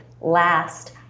last